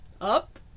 up